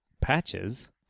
Patches